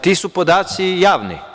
Ti su podaci javni.